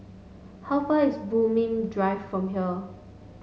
how far is Bulim Drive from here